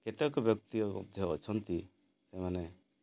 କେତେକ ବ୍ୟକ୍ତି ମଧ୍ୟ ଅଛନ୍ତି ସେମାନେ